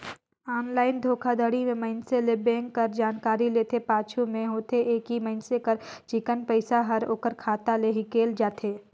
online धोखाघड़ी में मइनसे ले बेंक कर जानकारी लेथे, पाछू में होथे ए कि मइनसे कर चिक्कन पइसा हर ओकर खाता ले हिंकेल जाथे